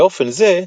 באופן זה,